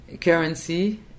currency